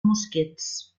mosquits